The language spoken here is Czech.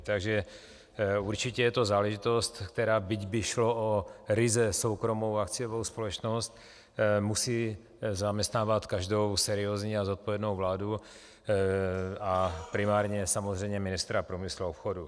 Takže určitě je to záležitost, která byť by šlo o ryze soukromou akciovou společnost, musí zaměstnávat každou seriózní a zodpovědnou vládu a primárně samozřejmě ministra průmyslu a obchodu.